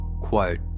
Quote